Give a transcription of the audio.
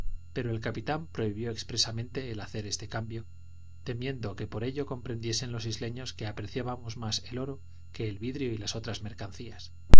pero el capitán prohibió expresamente el hacer este cambio temiendo que por ello comprendiesen los isleños que apreciábamos más el oro que el vidrio y las otras mercancías